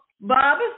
Bob